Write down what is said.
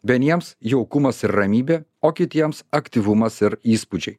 vieniems jaukumas ir ramybė o kitiems aktyvumas ir įspūdžiai